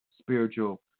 spiritual